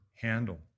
handle